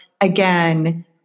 again